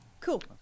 Cool